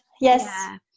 yes